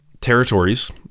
territories